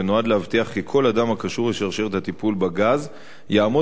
ונועד להבטיח כי כל אדם הקשור לשרשרת הטיפול בגז יעמוד